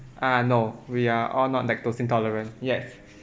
uh no we are all not lactose intolerant yes